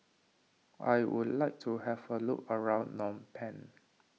I would like to have a look around Phnom Penh